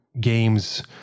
games